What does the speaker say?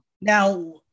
Now